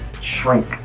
shrink